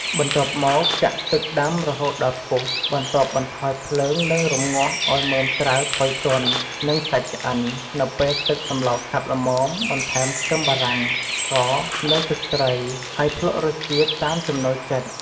បន្ទាប់មក ចាក់ទឹកដាំរហូតដល់ពុះ បន្ទាប់បន្ថយភ្លើង និងរម្ងាស់ឱ្យមើមត្រាវផុយទន់ និងសាច់ឆ្អិន នៅពេលទឹកសម្លខាប់ល្មម បន្ថែមខ្ទឹមបារាំង ស្ករ និងទឹកត្រី ហើយភ្លក្សរសជាតិតាមចំណូលចិត្ត។